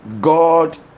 God